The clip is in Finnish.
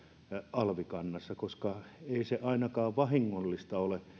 alvikannassa koska ei se ainakaan vahingollista ole